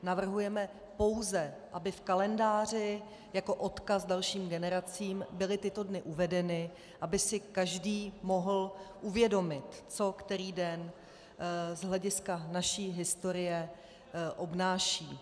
Navrhujeme pouze, aby v kalendáři jako odkaz dalším generacím byly tyto dny uvedeny, aby si každý mohl uvědomit, co který den z hlediska naší historie obnáší.